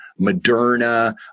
Moderna